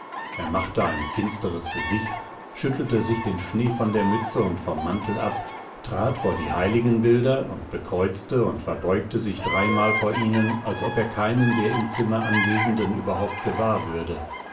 er machte ein finsteres gesicht schüttelte sich den schnee von der mütze und vom mantel ab trat vor die heiligenbilder und bekreuzte und verbeugte sich dreimal vor ihnen als ob er keinen der im zimmer anwesenden überhaupt gewahr würde